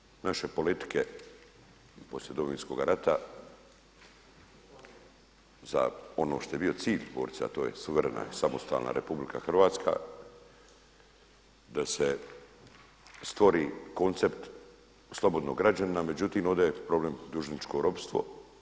Prema tome, naše politike poslije Domovinskog rata za ono što je bio cilj borit se, a to je suverena, samostalna RH, da se stvori koncept slobodnog građanina, međutim ovdje je problem dužničko ropstvo.